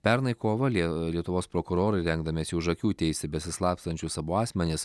pernai kovą lie lietuvos prokurorai rengdamiesi už akių teisti besislapstančius abu asmenis